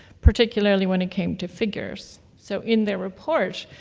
particularly when it came to figures. so in their report,